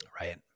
Right